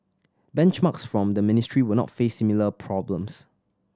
benchmarks from the ministry will not face similar problems